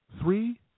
three